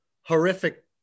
horrific